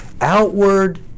outward